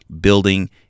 building